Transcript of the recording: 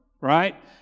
Right